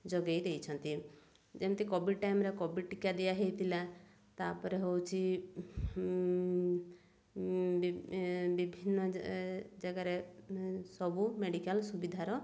ଯୋଗେଇ ଦେଇଛନ୍ତି ଯେମିତି କୋଭିଡ଼୍ ଟାଇମ୍ରେ କୋଭିଡ଼୍ ଟୀକା ଦିଆ ହୋଇଥିଲା ତାପରେ ହେଉଛି ବିଭିନ୍ନ ଜାଗାରେ ସବୁ ମେଡ଼ିକାଲ୍ ସୁବିଧାର